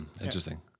Interesting